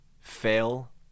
Fail